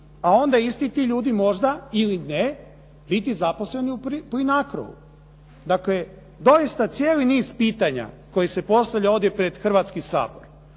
a onda isti ti ljudi možda ili ne, biti zaposleni u Plinacro-u. Dakle, doista cijeli niz pitanja koji se postavlja ovdje pred Hrvatski sabor.